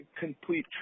complete